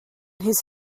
his